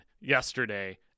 yesterday